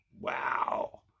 Wow